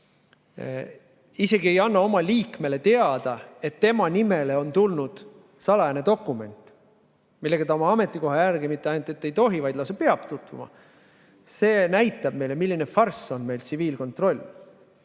isegi ei anna oma liikmele teada, et tema nimele on tulnud salajane dokument, millega ta oma ametikoha järgi mitte ainult et tohib tutvuda, vaid lausa peab tutvuma, näitab meile, milline farss on meil tsiviilkontroll,